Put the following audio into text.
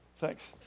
thanks